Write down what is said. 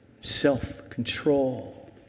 self-control